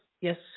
yes